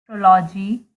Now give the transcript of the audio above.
trilogy